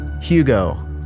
Hugo